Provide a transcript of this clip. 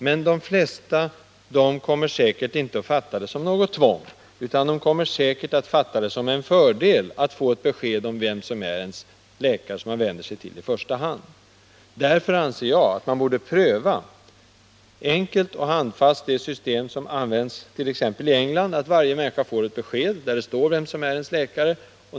Men de flesta kommer säkerligen inte att uppfatta det som ett tvång utan som en fördel att få ett besked om vilken läkare de i första hand skall vända sig till. Därför borde vi enkelt och handfast pröva det system som tillämpas t.ex. i England. Där får varje människa ett besked om vem som är hans läkare.